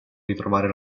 ritrovare